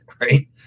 Right